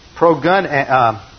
Pro-gun